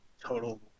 total